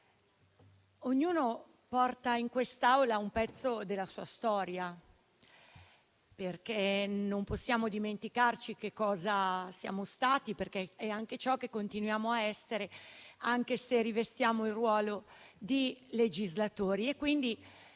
ognuno porta in quest'Aula un pezzo della sua storia. Non possiamo dimenticarci cosa siamo stati, perché è ciò che continuiamo a essere, anche se rivestiamo il ruolo di legislatori.